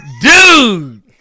Dude